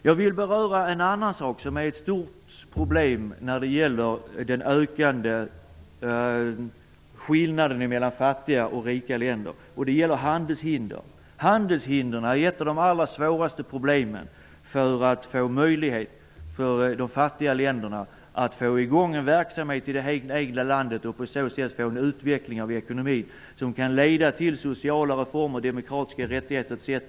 Jag vill beröra ett annat stort problem när det gäller den ökande skillnaden mellan fattiga och rika länder, nämligen handelshindren. Handelshindren är ett av de svåraste problemen när det gäller de fattiga ländernas möjlighet att få i gång en verksamhet i det egna landet och på så sätt få en utveckling av ekonomin som kan leda till sociala reformer, demokratiska rättigheter m.m.